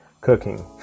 cooking